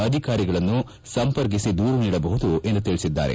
ಅಧಿಕಾರಿಯನ್ನು ಸಂಪರ್ಕಿಸಿ ದೂರು ನೀಡಬಹುದು ಎಂದು ತಿಳಿಸಿದ್ದಾರೆ